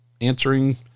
answering